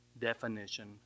definition